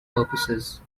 purposes